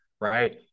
right